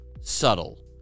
subtle